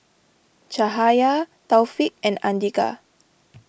Cahaya Taufik and andika